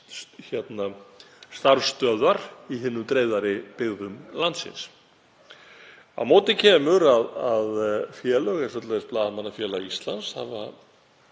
hafa starfsstöðvar í hinum dreifðari byggðum landsins. Á móti kemur að félög eins og Blaðamannafélag Íslands hafa